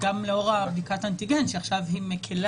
גם לאור בדיקת אנטיגן שעכשיו היא מקלה